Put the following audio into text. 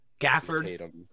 Gafford